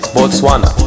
Botswana